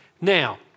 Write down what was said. Now